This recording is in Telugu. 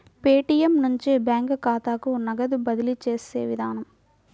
పేటీఎమ్ నుంచి బ్యాంకు ఖాతాకు నగదు బదిలీ చేసే విధానం